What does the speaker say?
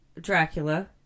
Dracula